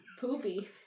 Poopy